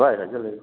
ꯄꯨꯍꯥꯏ ꯍꯥꯏꯖꯜꯂꯦ